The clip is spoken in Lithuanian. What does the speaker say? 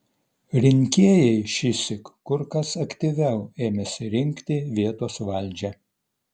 rinkėjai šįsyk kur kas aktyviau ėmėsi rinkti vietos valdžią